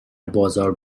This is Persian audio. بازار